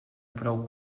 prou